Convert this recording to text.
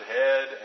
head